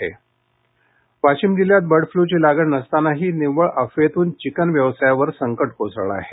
Washim bird flu Washim जिल्ह्यात bird फ्लूची लागण नसतानाही निव्वळ अफवेतून चिकन व्यवसायावर संकट कोसळलं आहे